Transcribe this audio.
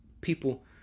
people